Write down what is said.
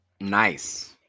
Nice